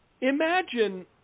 Imagine